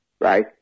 right